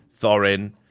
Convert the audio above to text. thorin